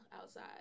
outside